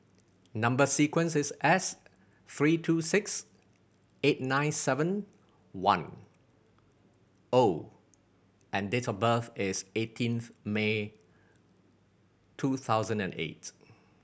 number sequence is S three two six eight nine seven one O and date of birth is eighteenth May two thousand and eight